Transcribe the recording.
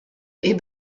est